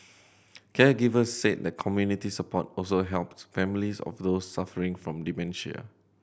caregivers said that community support also helped families of those suffering from dementia